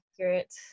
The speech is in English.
accurate